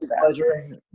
pleasure